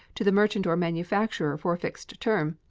to the merchant or manufacturer for a fixed term.